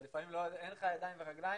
לפעמים אין לך ידיים ורגליים,